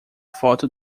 foto